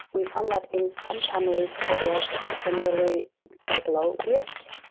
we found that in some families there was generally quite low risk.